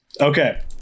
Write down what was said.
Okay